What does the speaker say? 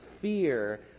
fear